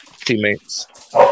teammates